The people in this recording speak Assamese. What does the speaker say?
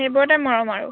সেইবোৰতে মৰম আৰু